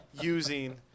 using